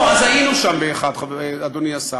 לא, אז היינו שם באחד, אדוני השר.